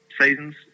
seasons